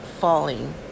falling